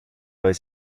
vez